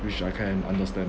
which I can understand